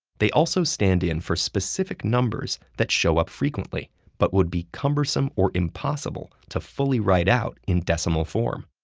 they also stand in for specific numbers that show up frequently but would be cumbersome or impossible to fully write out in decimal form.